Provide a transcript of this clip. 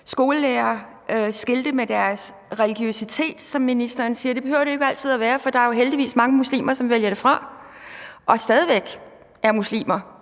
skolelærere skilte med deres religiøsitet, som ministeren siger. Det behøver der jo ikke altid være tale om, for der er jo heldigvis mange muslimer, som vælger det fra og stadig væk er muslimer,